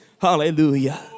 hallelujah